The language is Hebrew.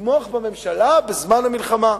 נתמוך בממשלה בזמן המלחמה.